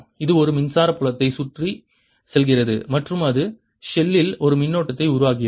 இது ஒரு மின்சார புலத்தை சுற்றி செல்கிறது மற்றும் அது ஷெல்லில் ஒரு மின்னோட்டத்தை உருவாக்குகிறது